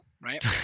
right